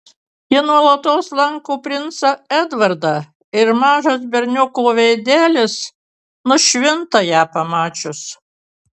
ji nuolatos lanko princą edvardą ir mažas berniuko veidelis nušvinta ją pamačius